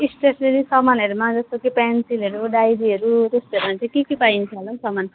stationery सामानहरूमा जस्तो कि पेन्सिलहरू डायरीहरू त्यस्तोहरूमा चाहिँ के के पाइन्छ होला हौ सामान